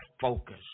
focus